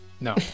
No